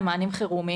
הם מענים חירומיים,